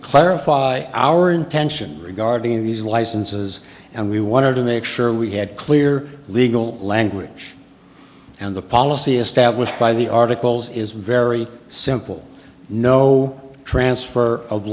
clarify our intention regarding these licenses and we wanted to make sure we had clear legal language and the policy established by the articles is very simple no transfer of